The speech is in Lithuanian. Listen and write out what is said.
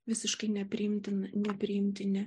visiškai nepriimtini nepriimtini